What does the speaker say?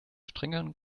strengeren